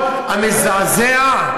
המזעזע,